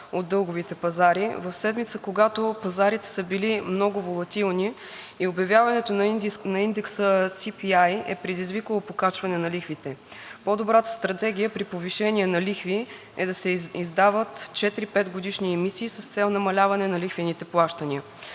от дълговите пазари. В седмицата, когато пазарите са били много волатилни и обявяването на индекса SPI е предизвикало покачване на лихвите, по-добрата стратегия при повишение на лихви е да се издават четири-петгодишни емисии с цел намаляване на лихвените плащания.